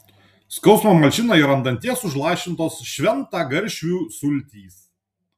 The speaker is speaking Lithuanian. skausmą malšina ir ant danties užlašintos šventagaršvių sultys